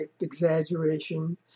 exaggeration